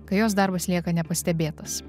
kai jos darbas lieka nepastebėtas